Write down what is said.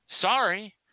Sorry